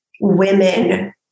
women